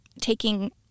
taking